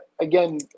again